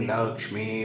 Lakshmi